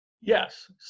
yes